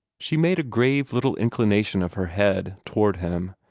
she made a grave little inclination of her head toward him,